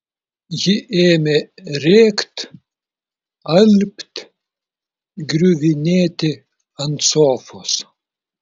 ji ėmė rėkt alpt griuvinėti ant sofos